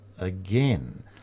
again